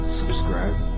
subscribe